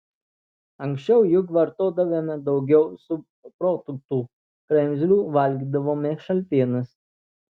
anksčiau juk vartodavome daugiau subproduktų kremzlių valgydavome šaltienas